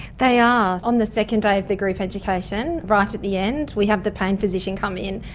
they are. on the second day of the group education right at the end we have the pain physician come in,